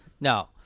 No